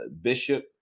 bishop